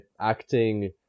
acting